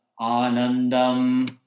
Anandam